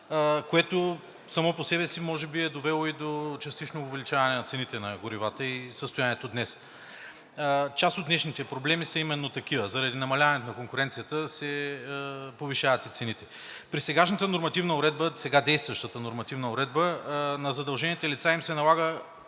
което само по себе си може би е довело и до частично увеличаване на цените на горива и състоянието днес. Част от днешните проблеми са именно такива – заради намаляване на конкуренцията се повишават и цените. При сегашната нормативна уредба – сега действащата нормативна уредба, на задължените лица им се налага,